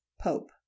Pope